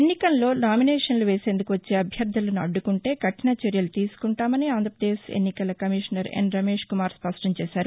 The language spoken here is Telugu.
ఎన్నికల్లో నామినేషన్లు వేసేందుకు వచ్చే అభ్యర్థలను అడ్డుకుంటే కఠిన చర్యలు తీసుకుంటామని ఆంధ్రప్రదేశ్ ఎన్నికల కమిషనర్ నిమ్మగడ్డ రమేష్ కుమార్ స్పష్టం చేశారు